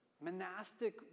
monastic